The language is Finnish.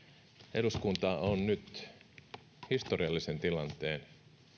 eduskunta on nyt historiallisen tilanteen